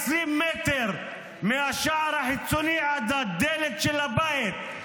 20 מטר מהשער החיצוני ועד הדלת של הבית,